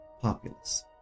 populace